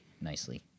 nicely